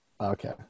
okay